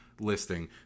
listing